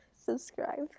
subscribe